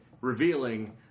revealing